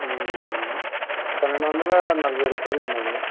పన్నెండు వందల నలభై రూపాయలు ఉందండి